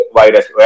virus